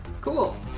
Cool